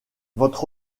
votre